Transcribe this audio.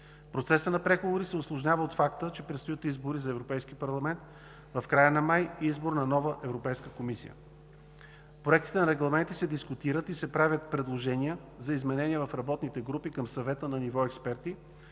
Процесът на преговори се усложнява от факта, че предстоят избори за Европейски парламент, а в края на месец май избор на нова Европейска комисия. Проектите на регламенти се дискутират и се правят предложения за изменения в работните групи към Съвета на ниво експерти,